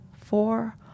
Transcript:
four